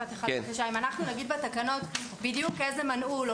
אם אנחנו נגיד בתקנות בדיוק איזה מנעול או